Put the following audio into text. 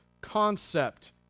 concept